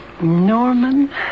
Norman